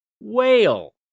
whale